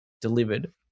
delivered